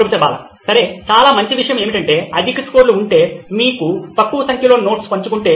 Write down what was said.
professor Bala సరే చాలా మంచి విషయం ఏమిటంటే అధిక స్కోర్లు ఉంటే మీకు తక్కువ సంఖ్యలో నోట్స్ పంచుకుంటే